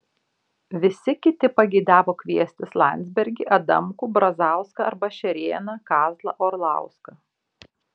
visi kiti pageidavo kviestis landsbergį adamkų brazauską arba šerėną kazlą orlauską